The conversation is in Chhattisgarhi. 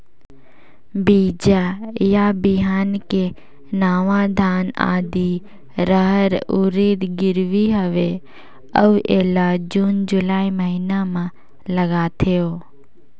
बीजा या बिहान के नवा धान, आदी, रहर, उरीद गिरवी हवे अउ एला जून जुलाई महीना म लगाथेव?